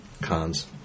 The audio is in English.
Cons